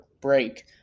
break